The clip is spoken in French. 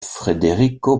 federico